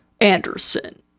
Anderson